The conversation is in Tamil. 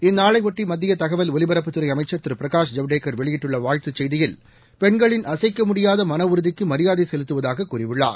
இந்நாளைபொட்டி மத்திய தகவல் ஒலிபரப்புத் துறை அமைச்சா திரு பிரகாஷ் ஜவடேக்கர் வெளியிட்டுள்ள வாழ்த்துச் செய்தியில் பெண்களின் அசைக்கமுடியாத மனஉறுதிக்கு மரியாதை செலுத்துவதாக கூறியுள்ளார்